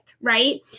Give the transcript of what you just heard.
right